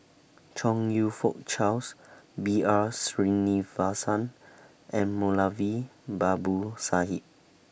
Chong YOU Fook Charles B R Sreenivasan and Moulavi Babu Sahib